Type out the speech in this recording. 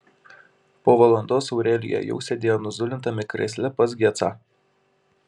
po valandos aurelija jau sėdėjo nuzulintame krėsle pas gecą